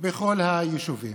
בכל היישובים.